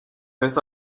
ves